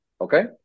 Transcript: Okay